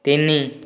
ତିନି